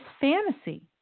fantasy